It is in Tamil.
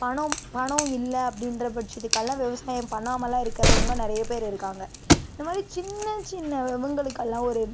பணம் பணம் இல்லை அப்படின்ற பட்சத்துக்கெல்லாம் விவசாயம் பண்ணாமல்லாம் இருக்கிறவங்க நிறைய பேர் இருக்காங்க இந்தமாதிரி சின்ன சின்ன இவங்களுக்கல்லாம் ஒரு